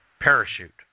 parachute